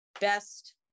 Best